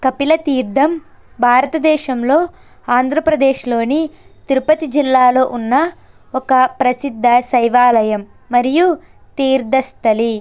కపిలతీర్థం భారతదేశంలో ఆంధ్రప్రదేశ్లోని తిరుపతి జిల్లాలో ఉన్న ఒక ప్రసిద్ధ శైవాలయం మరియు తీర్థస్థలి